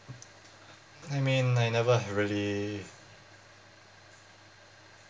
I mean I never really